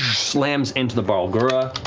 slams into the barlgura.